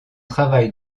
travail